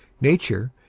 nature,